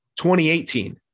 2018